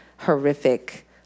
horrific